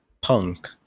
punk